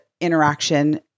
interaction